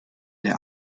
der